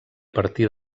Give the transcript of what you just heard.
partir